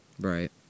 Right